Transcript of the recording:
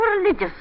religious